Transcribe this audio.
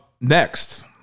next